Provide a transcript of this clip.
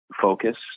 focus